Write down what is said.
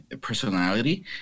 personality